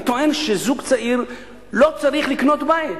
אני טוען שזוג צעיר לא צריך לקנות בית.